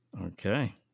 Okay